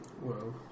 Whoa